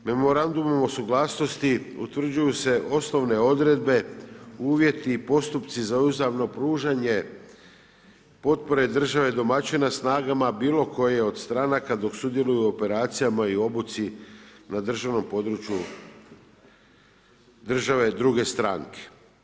Memorandumima o suglasnosti utvrđuju se osnovne odredbe, uvjeti i postupci za uzajamno pružanje potpore države domaćina snagama bilokoje od stranaka dok sudjeluju u operacijama i obuci na državnom području države druge stranke.